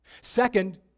Second